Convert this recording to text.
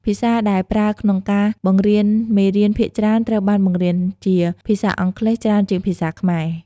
ភាសាដែលប្រើក្នុងការបង្រៀនមេរៀនភាគច្រើនត្រូវបានបង្រៀនជា ភាសាអង់គ្លេសច្រើនជាងភាសាខ្មែរ។